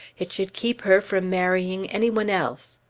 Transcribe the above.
it should keep her from marrying any one else.